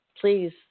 please